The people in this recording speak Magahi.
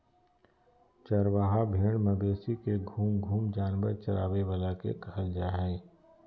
चरवाहा भेड़ मवेशी के घूम घूम जानवर चराबे वाला के कहल जा हइ